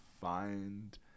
find